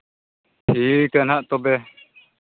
ᱴᱷᱤᱠ ᱜᱮᱭᱟ ᱦᱟᱸᱜ ᱛᱚᱵᱮ